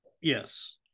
Yes